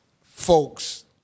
folks